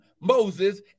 Moses